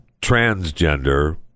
transgender